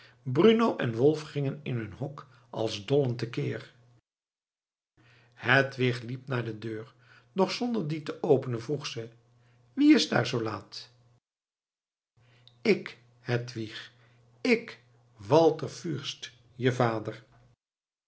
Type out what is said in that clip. bruno en wolf gingen in hun hok als dollen te keer hedwig liep naar de deur doch zonder die te openen vroeg ze wie is daar zoo laat ik hedwig ik walter fürst je vader